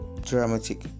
dramatic